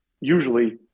usually